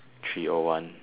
three o one